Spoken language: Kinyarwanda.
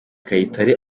kayitare